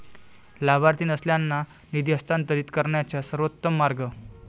लाभार्थी नसलेल्यांना निधी हस्तांतरित करण्याचा सर्वोत्तम मार्ग